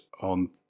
on